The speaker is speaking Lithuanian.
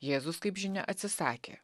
jėzus kaip žinia atsisakė